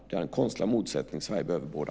Det är en konstlad motsättning. Sverige behöver båda.